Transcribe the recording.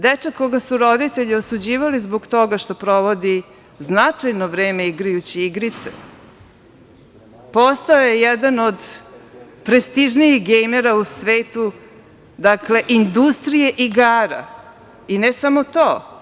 Dečak koga su roditelji osuđivali zbog toga što provodi značajno vreme igrajući igrice postao je jedan od prestižnijih gejmera u svetu, dakle, industrije igara i ne samo to.